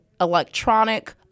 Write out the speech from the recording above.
electronic